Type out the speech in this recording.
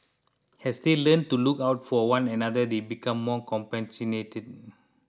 as they learn to look out for one another they become more compassionate